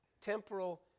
temporal